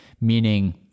meaning